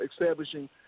establishing